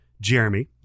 Jeremy